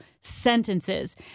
sentences